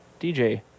DJ